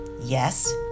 Yes